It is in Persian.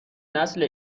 نسل